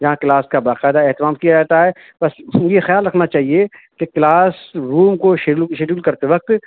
جہاں کلاس کا باقاعدہ اہتمام کیا جاتا ہے بس یہ خیال رکھنا چاہیے کہ کلاس روم کو شیڈیول شیڈیول کرتے وقت